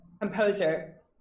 composer